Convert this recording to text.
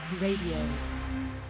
Radio